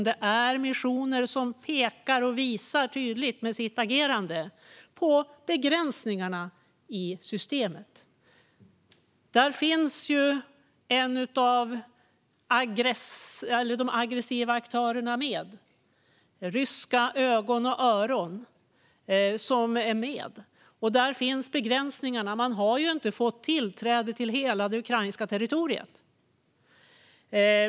Denna mission visar genom sitt agerande tydligt på begränsningarna i systemet. Där finns en av de aggressiva aktörerna med. Ryska ögon och öron är med. Där finns begränsningarna. Man har inte fått tillträde till hela det ukrainska territoriet.